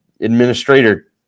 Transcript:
administrator